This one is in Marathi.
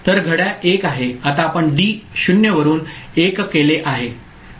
तर घड्याळ 1 आहे आता आपण डी 0 वरून 1 केले आहे